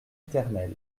éternel